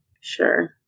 Sure